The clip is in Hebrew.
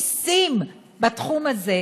והם באמת חוללו נסים בתחום הזה